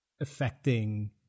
affecting